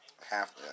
half